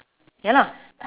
ya lah